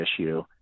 issue